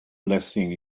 blessing